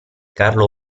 carlo